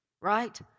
Right